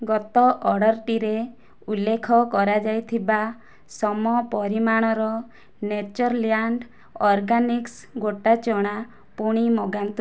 ଗତ ଅର୍ଡ଼ର୍ଟିରେ ଉଲ୍ଲେଖ କରାଯାଇଥିବା ସମ ପରିମାଣର ନେଚର୍ଲ୍ୟାଣ୍ଡ୍ ଅର୍ଗାନିକ୍ସ୍ ଗୋଟା ଚଣା ପୁଣି ମଗାନ୍ତୁ